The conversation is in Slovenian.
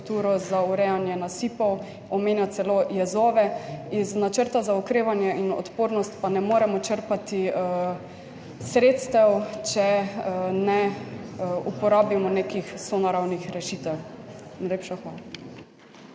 za urejanje nasipov omenja celo jezove, iz načrta za okrevanje in odpornost pa ne moremo črpati sredstev, če ne uporabimo nekih sonaravnih rešitev.